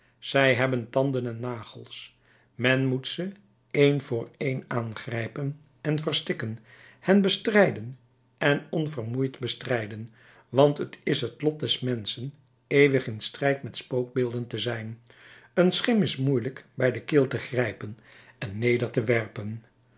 zij hebben tanden en nagels men moet ze een voor een aangrijpen en verstikken hen bestrijden en onvermoeid bestrijden want t is het lot des menschen eeuwig in strijd met spookbeelden te zijn een schim is moeielijk bij de keel te grijpen en neder te werpen